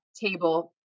table